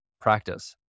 practice